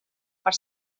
per